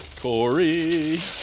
Corey